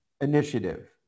initiative